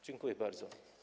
Dziękuję bardzo.